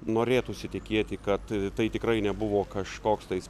norėtųsi tikėti kad tai tikrai nebuvo kažkoks